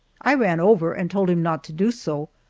i ran over and told him not to do so,